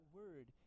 word